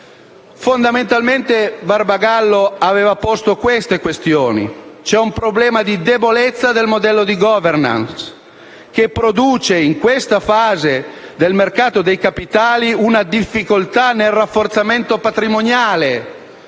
Fondamentalmente, Barbagallo ha posto la seguente questione: esiste un problema di debolezza del modello di *governance* che produce, nell'attuale fase del mercato dei capitali, una difficoltà nel rafforzamento patrimoniale,